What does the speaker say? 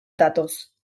datoz